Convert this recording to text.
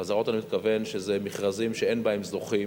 חזרות, אני מתכוון למכרזים שאין בהם זוכים.